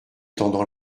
tendant